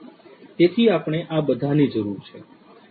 તેથી આપણે આ બધાની જરૂર છે